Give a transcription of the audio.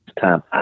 time